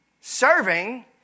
Serving